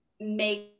make